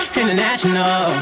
international